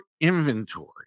inventory